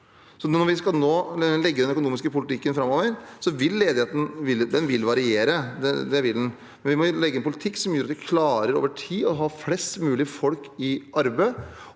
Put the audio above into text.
Når vi nå skal legge den økonomiske politikken framover, vil ledigheten variere, men vi må legge en politikk som gjør at vi over tid klarer å ha flest mulig folk i arbeid,